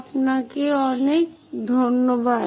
আপনাকে অনেক ধন্যবাদ